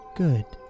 good